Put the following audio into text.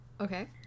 Okay